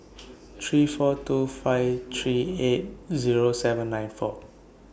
three four two five three eight Zero seven nine four